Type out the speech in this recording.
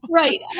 right